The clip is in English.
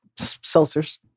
seltzers